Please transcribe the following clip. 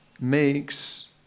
makes